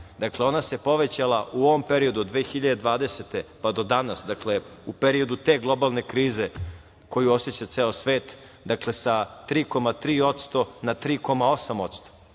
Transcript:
dakle ona se povećala u ovom periodu od 2020. godine pa do danas, dakle u periodu te globalne krize koju oseća ceo svet, dakle sa 3,3% na